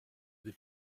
des